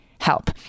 help